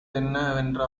தென்ன